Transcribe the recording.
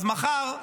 אז מחר,